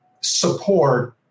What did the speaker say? support